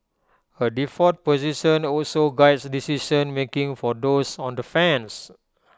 A default position also Guides decision making for those on the fence